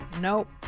Nope